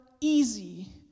easy